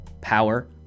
Power